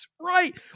Right